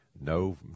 No